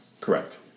Correct